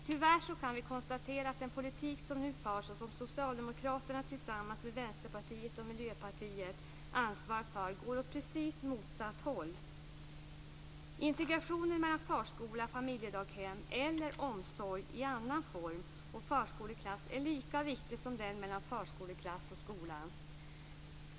Tyvärr kan vi konstatera att den politik som nu förs, och som Socialdemokraterna tillsammans med Vänsterpartiet och Miljöpartiet ansvarar för, går åt precis motsatt håll. Integrationen mellan förskola/familjedaghem eller omsorg i annan form och förskoleklass är lika viktig som den mellan förskoleklass och skola.